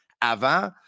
avant